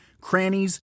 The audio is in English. crannies